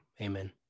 amen